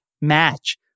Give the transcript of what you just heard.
match